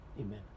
amen